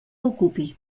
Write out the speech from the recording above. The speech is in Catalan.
ocupi